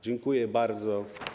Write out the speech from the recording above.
Dziękuję bardzo.